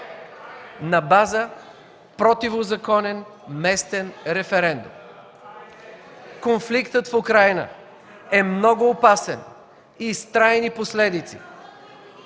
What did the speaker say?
на база противозаконен местен референдум. Конфликтът в Украйна е много опасен и с трайни последици.